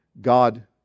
God